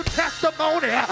testimony